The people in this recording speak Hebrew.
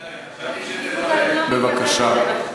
בבקשה.